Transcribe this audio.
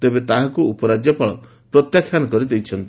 ତେବେ ତାହାକୁ ଉପରାଜ୍ୟପାଳ ପ୍ରତ୍ୟାଖ୍ୟାନ କରିଦେଇଛନ୍ତି